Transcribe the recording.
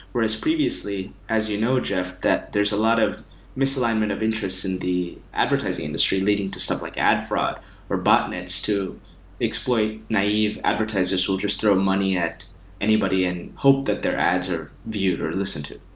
whereas previously, you know jeff, that there's a lot of misalignment of interests in the advertising industry leading to stuff like ad fraud or botnets to exploit naive advertisers who'll just throw money at anybody and hope that their ads are viewed or listened to.